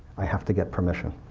i have to get permission.